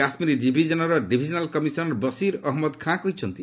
କାଶ୍ମୀର ଡିଭିଜନ୍ର divisional commissioner Basir Ahmad Khan ଏହା କହିଛନ୍ତି